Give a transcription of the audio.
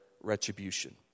retribution